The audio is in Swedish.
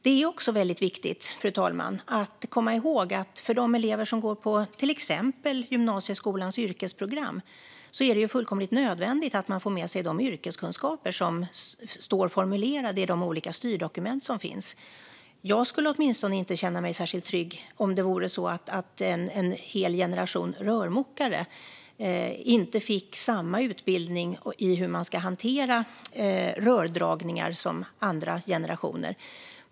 Det är också viktigt, fru talman, att komma ihåg att för de elever som går på till exempel gymnasieskolans yrkesprogram är det fullkomligt nödvändigt att få med sig de yrkeskunskaper som står formulerade i de olika styrdokument som finns. Jag skulle åtminstone inte känna mig särskilt trygg om en hel generation rörmokare inte får samma utbildning i hur rördragningar ska hanteras som andra generationer.